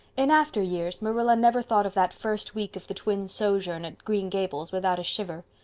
in after years marilla never thought of that first week of the twins' sojourn at green gables without a shiver.